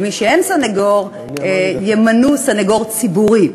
מי שאין לו סנגור, ימנו לו סנגור ציבורי,